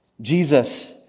Jesus